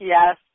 Yes